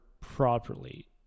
properly